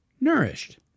nourished